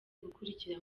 kungukira